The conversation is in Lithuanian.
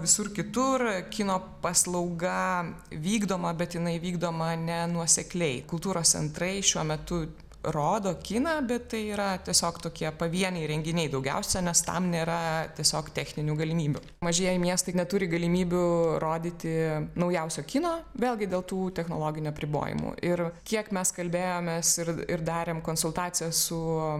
visur kitur kino paslauga vykdoma bet jinai vykdoma nenuosekliai kultūros centrai šiuo metu rodo kiną bet tai yra tiesiog tokie pavieniai renginiai daugiausia nes tam nėra tiesiog techninių galimybių mažieji miestai neturi galimybių rodyti naujausio kino vėlgi dėl tų technologinių apribojimų ir kiek mes kalbėjomės ir ir darėm konsultacijas su